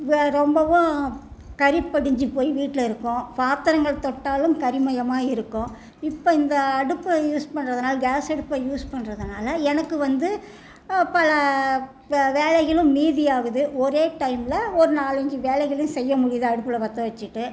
வே ரொம்பவும் கரி படிந்துப்போய் வீட்டில இருக்கும் பாத்திரங்கள் தொட்டாலும் கரி மயமாக இருக்கும் இப்போ இந்த அடுப்பை யூஸ் பண்ணுறதுனால கேஸ் அடுப்பை யூஸ் பண்ணுறதுனால எனக்கு வந்து பல வே வேலைகளும் மீதியாகுது ஒரே டைம்ல ஒரு நாலஞ்சு வேலைகளும் செய்ய முடியுது அடுப்பில் பற்ற வச்சிட்டு